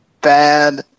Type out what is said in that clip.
bad